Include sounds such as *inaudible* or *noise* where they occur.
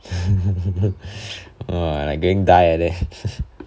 *coughs* !whoa! like going die like that